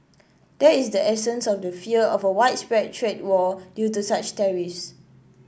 that is the essence of the fear of a widespread trade war due to such tariffs